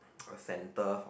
a center for